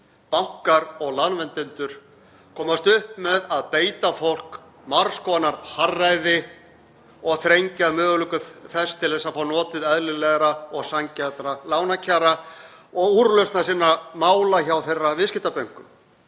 bankar og lánveitendur komast upp með að beita fólk margs konar harðræði og þrengja að möguleikum þess til að fá notið eðlilegra og sanngjarnra lánakjara og úrlausn sinna mála hjá viðskiptabönkum